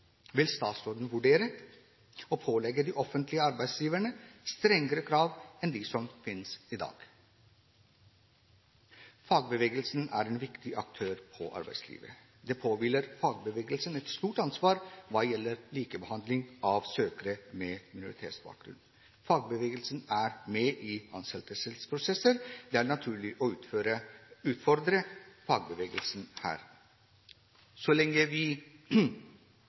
Vil statsråden vurdere å pålegge de offentlige arbeidsgiverne strengere krav enn dem som finnes i dag? Fagbevegelsen er en viktig aktør i arbeidslivet. Det påhviler fagbevegelsen et stort ansvar når det gjelder likebehandling av søkere med minoritetsbakgrunn. Fagbevegelsen er med i ansettelsesprosesser. Det er naturlig å utfordre fagbevegelsen her. Så lenge vi